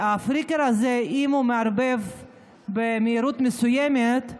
אם הפליקר הזה מתערבב במהירות מסוימת,